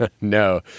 No